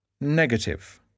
Negative